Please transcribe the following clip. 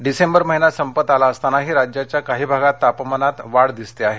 डिसेंबर महिना संपत आला असतानाही राज्याच्या काही भागात तापमानात लक्षणीय वाढ झाली आहे